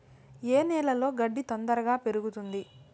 ఏ నేలలో గడ్డి తొందరగా పెరుగుతుంది